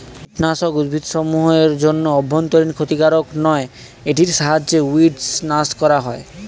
কীটনাশক উদ্ভিদসমূহ এর জন্য অভ্যন্তরীন ক্ষতিকারক নয় এটির সাহায্যে উইড্স নাস করা হয়